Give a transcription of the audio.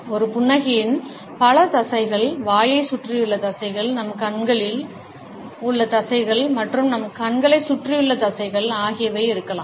ஒரு புன்னகையில் பல தசைகள் வாயைச் சுற்றியுள்ள தசைகள் நம் கன்னங்களில் உள்ள தசைகள் மற்றும் நம் கண்களைச் சுற்றியுள்ள தசைகள் ஆகியவை இருக்கலாம்